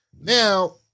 now